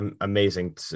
amazing